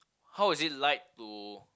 how is it like to